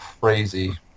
crazy